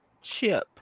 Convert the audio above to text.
chip